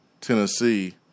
Tennessee